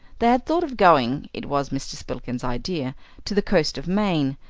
they had thought of going it was mr. spillikins's idea to the coast of maine.